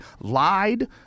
lied